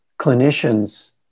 clinicians